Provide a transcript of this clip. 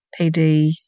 PD